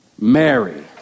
Mary